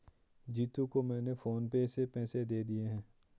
जीतू को मैंने PhonePe से पैसे दे दिए हैं